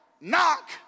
knock